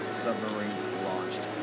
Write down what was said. submarine-launched